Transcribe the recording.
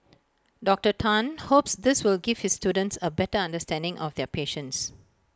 Doctor Tan hopes this will give his students A better understanding of their patients